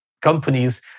companies